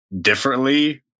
differently